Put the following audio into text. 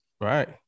Right